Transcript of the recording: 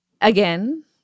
Again